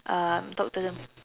um talk to the m~